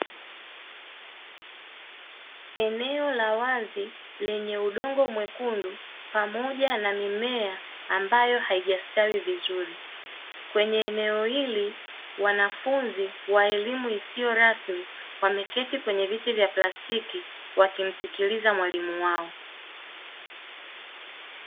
Eneo la wazi lenye udongo mwekundu pamoja na mimea ambayo haijastawi vizuri, kwenye eneo hili wanafunzi wa elimu isiyo rasmi wameketi kwenye viti vya plastiki wakimsikiliza mwalimu wao.